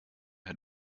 has